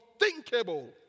unthinkable